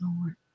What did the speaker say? Lord